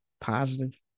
positive